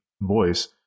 voice